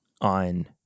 on